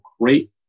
great